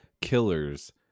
killers